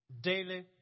daily